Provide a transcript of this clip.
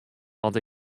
want